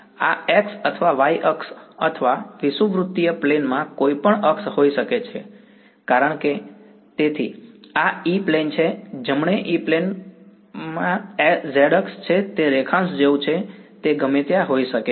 આ x અથવા y અક્ષ અથવા વિષુવવૃત્તીય પ્લેન માં કોઈપણ અક્ષ હોઈ શકે છે કારણ કે તેથી આ E પ્લેન છે જમણે E પ્લેન માં z અક્ષ છે તે રેખાંશ જેવું છે તે ગમે ત્યાં હોઈ શકે છે